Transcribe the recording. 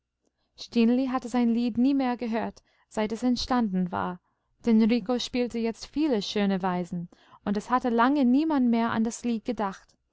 hatte sein lied nie mehr gehört seit es entstanden war denn rico spielte jetzt viele schöne weisen und es hatte lange niemand mehr an das lied gedacht